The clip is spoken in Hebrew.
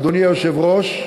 אדוני היושב-ראש,